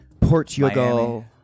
Portugal